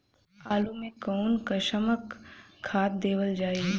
आलू मे कऊन कसमक खाद देवल जाई?